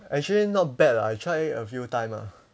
actually not bad lah I try a few time ah